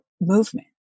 movement